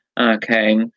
Okay